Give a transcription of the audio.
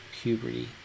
puberty